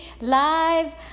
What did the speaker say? live